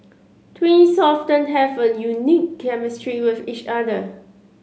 twins often have a unique chemistry with each other